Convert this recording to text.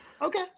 Okay